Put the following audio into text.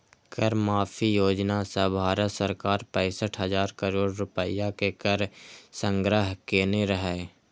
कर माफी योजना सं भारत सरकार पैंसठ हजार करोड़ रुपैया के कर संग्रह केने रहै